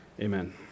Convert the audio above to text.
Amen